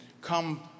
come